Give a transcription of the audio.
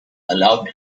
allowed